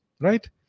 right